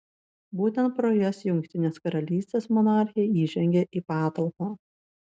būtent pro jas jungtinės karalystės monarchė įžengia į patalpą